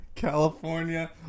California